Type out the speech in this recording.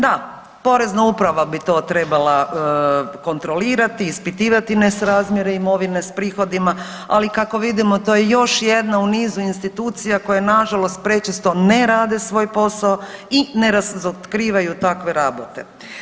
Da, Porezna uprava bi to trebala kontrolirati i ispitivati nesrazmjere imovine s prihodima, ali kako vidimo, to je još jedna u nizu institucija koje nažalost prečesto ne rade svoj posao i ne razotkrivaju takve rabote.